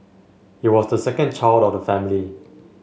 he was the second child of the family